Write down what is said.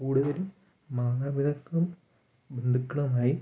കൂടുതലും മാതാപിതാക്കളും ബന്ധുക്കളുമായി